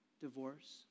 divorce